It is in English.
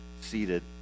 seated